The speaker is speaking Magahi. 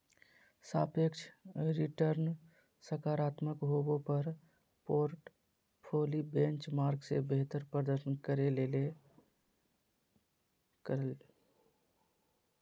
सापेक्ष रिटर्नसकारात्मक होबो पर पोर्टफोली बेंचमार्क से बेहतर प्रदर्शन करे ले करल जा हइ